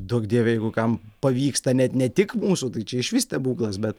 duok dieve jeigu kam pavyksta net ne tik mūsų tai čia išvis stebuklas bet